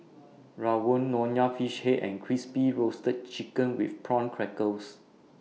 Rawon Nonya Fish Head and Crispy Roasted Chicken with Prawn Crackers